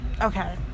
Okay